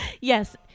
yes